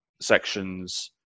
sections